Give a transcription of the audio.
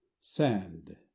sand